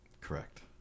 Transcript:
Correct